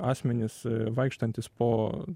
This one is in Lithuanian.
asmenys vaikštantys po